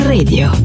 Radio